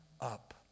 up